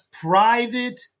private